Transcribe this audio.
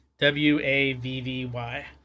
W-A-V-V-Y